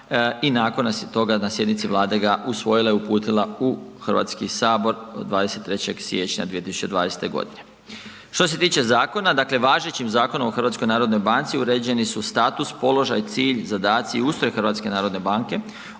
i nakon toga na sjednici Vlade usvojila i uputila u Hrvatski sabor 23. siječnja 2020. godine. Što se tiče zakona, dakle važećim Zakonom o HNB-u, uređeni su status, položaj, cilj, zadaci i ustroj HNB-a,